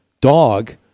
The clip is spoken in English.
dog